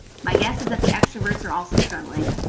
my guess is that the extroverts are also struggling.